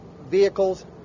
vehicles